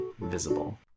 visible